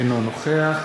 אינו נוכח